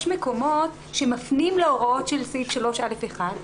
יש מקומות שמפנים להוראות של סעיף 3(א)(1),